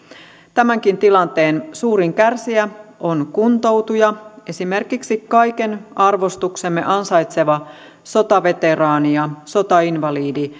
tämänkin tilanteen suurin kärsijä on kuntoutuja esimerkiksi kaiken arvostuksemme ansaitseva sotaveteraani ja sotainvalidi